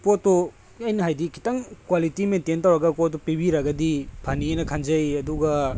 ꯄꯣꯠꯇꯨ ꯑꯩꯅ ꯍꯥꯏꯗꯤ ꯈꯤꯇꯪ ꯀ꯭ꯋꯥꯂꯤꯇꯤ ꯃꯦꯟꯇꯦꯟ ꯇꯧꯔꯒ ꯄꯣꯠꯇꯨ ꯄꯤꯕꯤꯔꯒꯗꯤ ꯐꯅꯤꯑꯅ ꯈꯟꯖꯩ ꯑꯗꯨꯒ